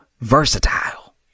versatile